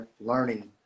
learning